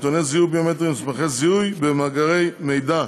נתוני זיהוי ביומטריים במסמכי זיהוי ובמאגר מידע,